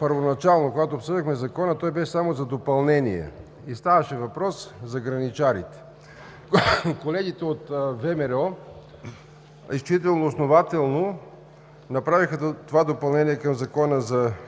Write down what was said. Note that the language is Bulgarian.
първоначално, когато обсъдихме Закона, той беше само за допълнение и ставаше въпрос за граничарите. Колегите от ВМРО изключително основателно направиха това допълнение към Закона за паметниците,